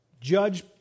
judge